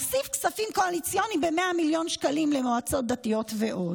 אלא הוסיף כספים קואליציוניים ב-100 מיליון שקלים למועצות דתיות ועוד.